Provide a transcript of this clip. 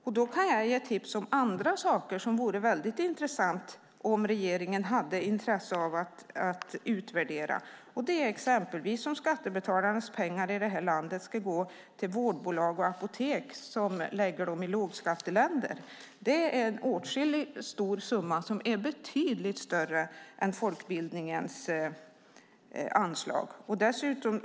Jag kan ge tips på andra saker som vore intressanta, om regeringen har intresse av att utvärdera. Det gäller till exempel om skattebetalarnas pengar i det här landet ska gå till vårdbolag och apotek som lägger pengarna i lågskatteländer. Det är en summa som är betydligt större än anslaget till folkbildningen.